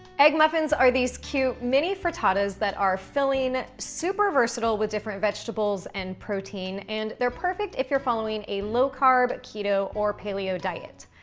egg muffins are these cute mini frittatas that are filling, super versatile with different vegetables and protein, and they're perfect if you're following a low-carb, keto, or paleo diet.